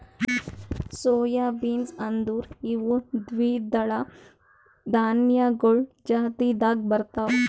soy beans ಅಂದುರ್ ಇವು ದ್ವಿದಳ ಧಾನ್ಯಗೊಳ್ ಜಾತಿದಾಗ್ ಬರ್ತಾವ್